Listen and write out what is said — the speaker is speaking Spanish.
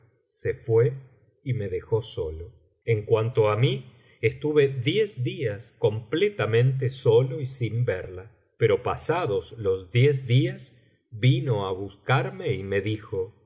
se fué y me dejó solo en cuanto á mí estuve diez días completamen te solo y sin verla pero pasados los diez días vino á buscarme y me dijo